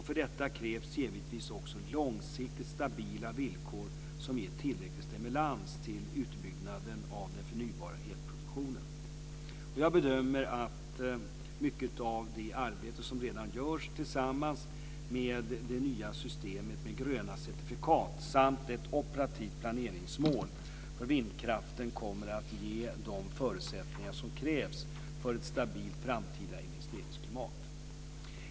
För detta krävs givetvis också långsiktigt stabila villkor som ger tillräcklig stimulans till utbyggnaden av den förnybara elproduktionen. Jag bedömer att mycket av det arbete som redan görs tillsammans med det nya systemet med gröna certifikat samt ett operativt planeringsmål för vindkraften kommer att ge de förutsättningar som krävs för ett stabilt framtida investeringsklimat.